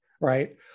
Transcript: right